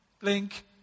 Blink